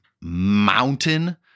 mountain